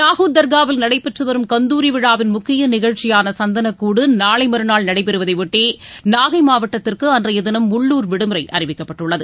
நாகூர் தர்ஹாவில் நடைபெற்று வரும் கந்தூரி விழாவின் முக்கிய நிகழ்ச்சியான சந்தனக்கூடு நாளை மறுநாள் நடைபெறுவதை ஒட்டி நாகை மாவட்டத்திற்கு அன்றைய தினம் உள்ளூர் விடுமுறை அறிவிக்கப்பட்டுள்ளது